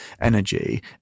energy